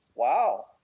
Wow